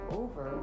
over